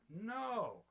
No